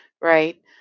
right